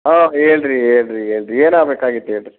ಆಂ ಹೇಳ್ರಿ ಹೇಳ್ರಿ ಹೇಳ್ರಿ ಏನಾಗ್ಬೇಕಾಗಿತ್ತು ಹೇಳ್ರಿ